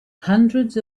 hundreds